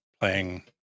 playing